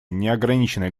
неограниченное